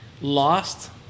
lost